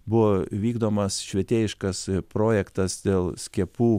buvo vykdomas švietėjiškas projektas dėl skiepų